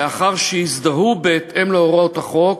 לאחר שיזדהו, בהתאם להוראות החוק,